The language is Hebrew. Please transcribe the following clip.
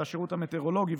השירות המטאורולוגי,